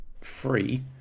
free